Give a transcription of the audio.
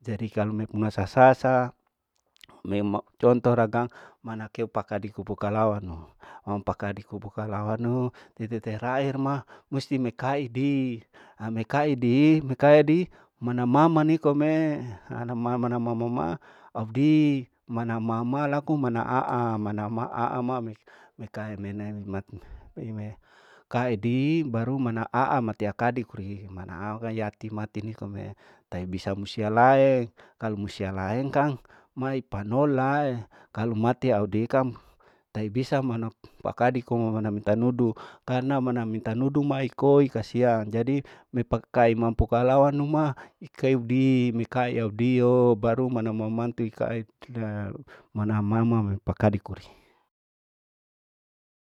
Jadi kalu mepuna sasasa conto ragang mana pakadeku, pukalawanu ampakadiku pukalawanu ite terahirma musti mekaidi, ami kaidi mekaidi mana mama nikome, audi mana mama laku mana aau, mana ma aau kaidi baru mana aamatea kadikri, mana aau mahiya mati nikome tai bisa musia laeng, kalu musia laeng kang maeng panolae, kalu mati audikam tai bisa manu pakadiko, mana mi tae nudu, karna mana mi tae nudu mae koi kasiang, jadi mi pakai mampu kalau anuma ikaidi, mikai audio baru mama mantu ikaeda, mana mama pakadi kori.